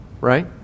Right